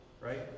right